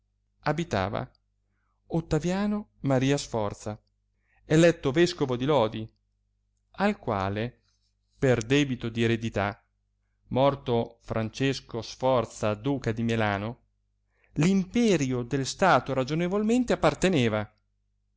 abitava ottaviano maria sforza eletto vescovo di lodi al quale per debito di eredità morto francesco sforza duca di melano l imperio del stato ragionevolmente apparteneva